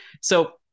So-